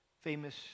famous